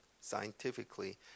scientifically